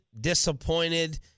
disappointed